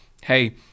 hey